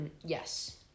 Yes